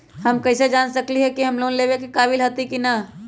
हम कईसे जान सकली ह कि हम लोन लेवे के काबिल हती कि न?